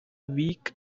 weak